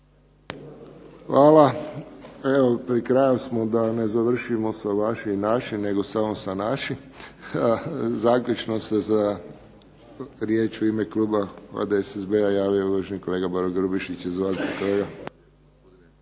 Hvala. Evo pri kraju smo, da ne završimo sa vaši i naši, nego samo sa naši. Zaključno se za riječ u ime kluba HDSSB-a javio uvaženi kolega Boro Grubišić. Izvolite kolega.